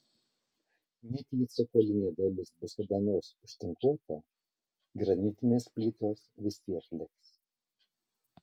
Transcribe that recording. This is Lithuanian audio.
net jei cokolinė dalis bus kada nors užtinkuota granitinės plytos vis tiek liks